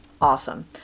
awesome